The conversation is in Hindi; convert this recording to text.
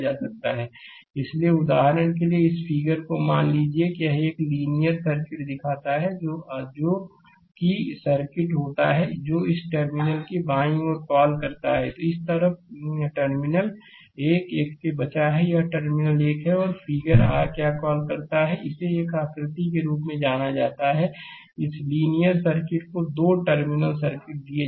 स्लाइड समय देखें 2809 इसलिए उदाहरण के लिए इस फिगर को मान लीजिए कि यह एक लीनियर सर्किट दिखाता है जो कि r से सर्किट होता है जो इस टर्मिनल के बाईं ओर कॉल करता है इस तरफ टर्मिनल 1 1 से बचा है यह टर्मिनल 1 है और फिगर r क्या कॉल है इसे एक आकृति के रूप में जाना जाता है इस लीनियर सर्किट को दो टर्मिनल सर्किट दिए जाते हैं